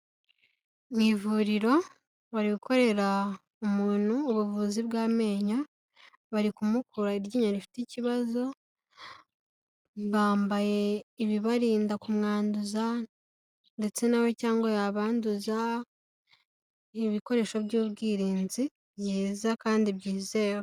Mu ivuriro bari gukorera umuntu ubuvuzi bw'amenyo bari kumukura iryinyo rifite ikibazo, bambaye ibibarinda kumwanduza ndetse nawe cyangwa yabanduza, ibikoresho by'ubwirinzi yeza kandi byizewe.